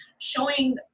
showing